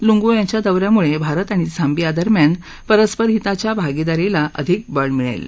Lungu यांच्या दौ यामुळे भारत आणि झाम्बिया दरम्यान परस्पर हिताच्या भागीदारीला अधिक बळ मिळेल